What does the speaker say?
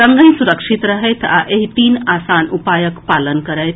संगहि सुरक्षित रहथि आ एहि तीन आसान उपायक पालन करथि